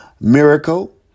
miracle